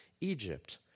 Egypt